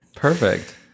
Perfect